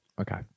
Okay